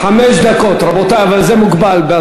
חמש דקות, רבותי, אבל זה מוגבל.